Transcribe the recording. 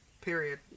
Period